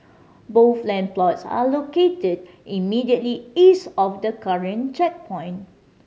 both land plots are located immediately east of the current checkpoint